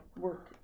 work